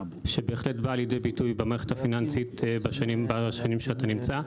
שבהחלט באה לידי ביטוי במערכת הפיננסית בשנים שאתה נמצא.